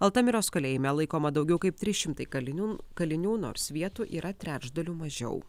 altamiros kalėjime laikoma daugiau kaip trys šimtai kalinių kalinių nors vietų yra trečdaliu mažiau